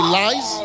lies